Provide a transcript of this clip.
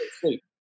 sleep